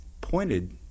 pointed